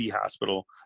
hospital